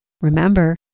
Remember